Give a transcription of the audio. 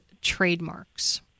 trademarks